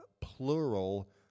plural